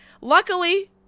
Luckily